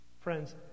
Friends